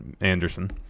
anderson